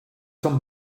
some